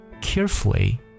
carefully